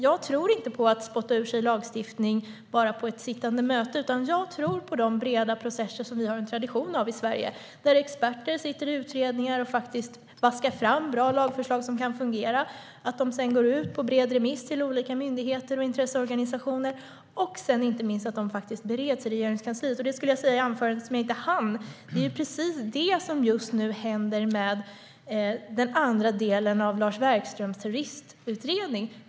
Jag tror inte på att spotta ur sig lagstiftning vid sittande bord, utan jag tror på de breda processer som vi har en tradition av i Sverige, där experter sitter i utredningar och vaskar fram bra lagförslag som kan fungera och som sedan går ut på bred remiss till olika myndigheter och intresseorganisationer. Inte minst bereds förslagen också i Regeringskansliet. I mitt anförande hann jag inte med att säga att det är precis detta som just nu sker med den andra delen av Lars Werkströms terroristutredning.